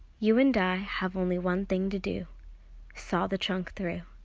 you and i have only one thing to do saw the trunk through.